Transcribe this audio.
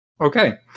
Okay